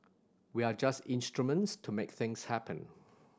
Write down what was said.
we are just instruments to make things happen